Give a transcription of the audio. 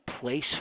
place